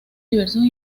diversos